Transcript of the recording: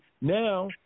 now